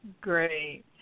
Great